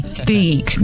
speak